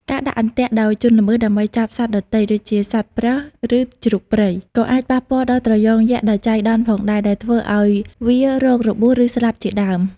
ការដាក់អន្ទាក់ដោយជនល្មើសដើម្បីចាប់សត្វដទៃ ដូចជាសត្វប្រើស ឬជ្រូកព្រៃ ក៏អាចប៉ះពាល់ដល់ត្រយងយក្សដោយចៃដន្យផងដែរ ដែលធ្វើឲ្យវារងរបួស ឬស្លាប់ជាដើម។